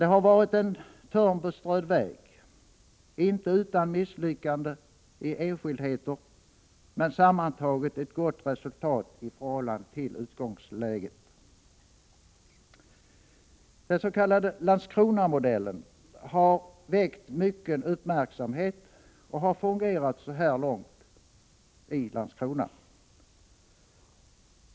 Det har varit en törnbeströdd väg, inte utan misslyckanden i enskildheter, men sammantaget ett gott resultat i förhållande till utgångsläget. Den s.k. Landskronamodellen har väckt mycken uppmärksamhet och har fungerat så här långt — i Landskrona.